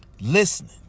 Listening